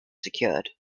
secured